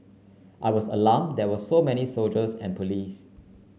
I was alarmed there was so many soldiers and police